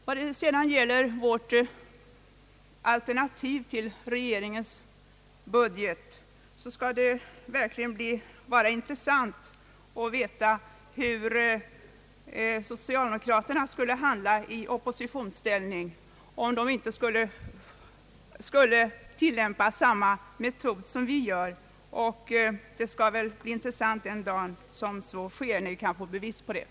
Vad sedan gäller vårt alternativ till regeringens budget skulle det verkligen vara intressant att veta hur socialdemokraterna skulle handla i oppositionsställning. Skulle de inte tilllämpa samma metod som vi gör? Det skall bli intressant att se den dag då vi kan få bevis på detta.